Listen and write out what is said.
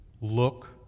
look